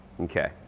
Okay